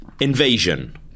Invasion